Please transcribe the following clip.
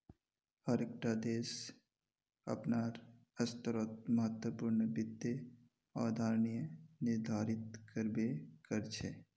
हर एक टा देश अपनार स्तरोंत महत्वपूर्ण वित्त अवधारणाएं निर्धारित कर बे करछे